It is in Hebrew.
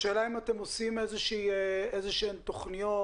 השאלה אם אתם עושים איזה שהן תוכניות,